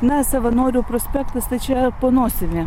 na savanorių prospektas tai čia po nosimi